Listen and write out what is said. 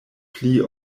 pli